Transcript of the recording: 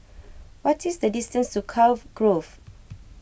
what is the distance to Cove Grove